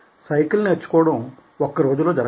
cycle నేర్చుకోవడం ఒక్కరోజులో జరగదు